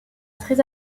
très